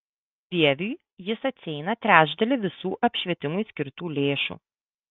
vieviui jis atsieina trečdalį visų apšvietimui skirtų lėšų